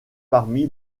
parmi